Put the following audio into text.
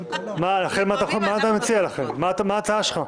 מה ההצעה שלך?